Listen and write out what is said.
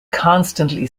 constantly